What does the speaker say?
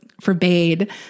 forbade